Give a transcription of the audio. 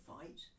fight